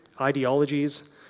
ideologies